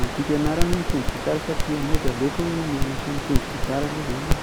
Ny tiako ianarana hoe mitendry gitara sa piano de aleoko mianatra mitendry gitara aloha zany,